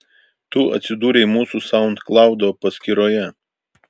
tu atsidūrei mūsų saundklaudo paskyroje